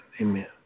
amen